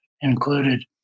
included